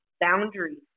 boundaries